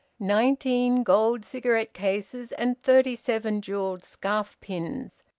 nineteen gold cigarette-cases and thirty-seven jewelled scarf-pins,